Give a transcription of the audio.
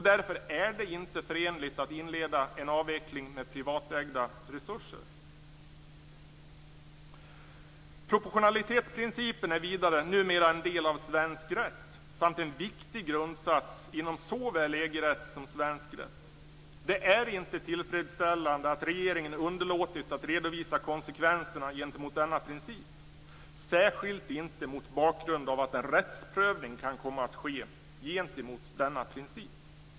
Därför är det inte förenligt att inleda en avveckling med privatägda resurser. Vidare är proportionalitetsprincipen numera en del av svensk rätt samt en viktig grundsats inom såväl EG-rätt som svensk rätt. Det är inte tillfredsställande att regeringen underlåtit att redovisa konsekvenserna gentemot denna princip, särskilt inte mot bakgrund av att en rättsprövning kan komma att ske gentemot denna princip.